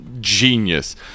genius